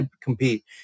compete